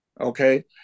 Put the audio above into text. okay